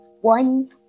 one